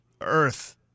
earth